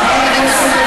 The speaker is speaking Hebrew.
אבל אני אומרת לכם,